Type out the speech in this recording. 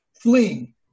fleeing